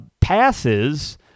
passes